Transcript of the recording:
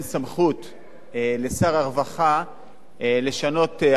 לשר הרווחה לשנות החלטה של בית-משפט